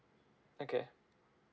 okay